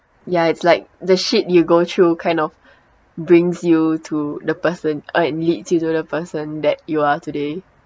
ya it's like the shit you go through kind of brings you to the person uh leads you to the person that you are today